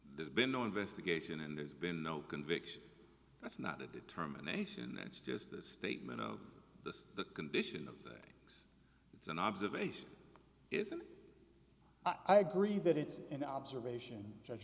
there's been no investigation and there's been no conviction that's not a determination that's just the statement of the condition of that it's an observation is and i agree that it's an observation judge